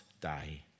die